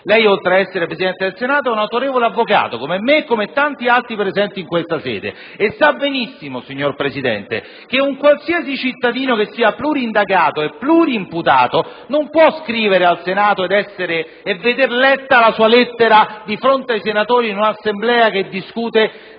Lei, oltre ad essere il Presidente del Senato è un autorevole avvocato, come me e come tanti altri presenti in questa sede e sa benissimo, signor Presidente, che un qualsiasi cittadino che sia plurindagato e plurimputato non può scrivere al Senato e veder letta la sua lettera di fronte ai senatori in un'Assemblea che discute